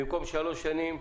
במקום שלוש שנים,